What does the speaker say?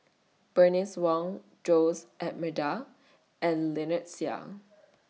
Bernice Wong Jose Almeida and Lynnette Seah